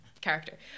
character